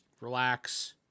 Relax